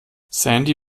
sandy